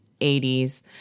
80s